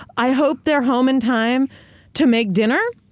i hope they're home in time to make dinner.